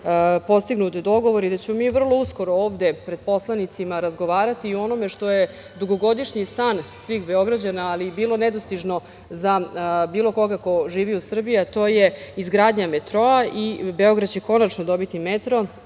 postignut dogovor i da ćemo mi vrlo uskoro ovde pred poslanicima razgovarati i o onome što je dugogodišnji san svih Beograđana, ali je bilo nedostižno za bilo koga ko živi u Srbiji, a to je izgradnja metroa i Beograd će konačno dobiti metro.